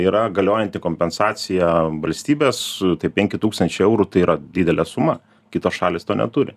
yra galiojanti kompensacija valstybės tai penki tūkstančiai eurų tai yra didelė suma kitos šalys to neturi